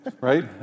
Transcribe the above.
right